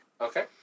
Okay